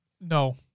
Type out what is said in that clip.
no